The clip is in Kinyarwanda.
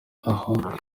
aho